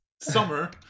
Summer